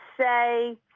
say